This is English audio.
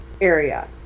area